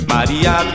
Maria